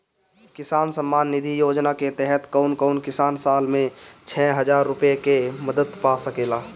किसान सम्मान निधि योजना के तहत कउन कउन किसान साल में छह हजार रूपया के मदद पा सकेला?